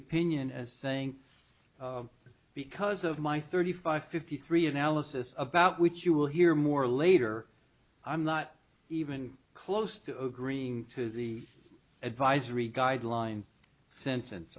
opinion as saying because of my thirty five fifty three analysis of about which you will hear more later i'm not even close to agreeing to the advisory guideline sentence